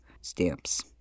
stamps